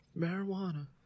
Marijuana